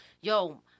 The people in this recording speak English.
yo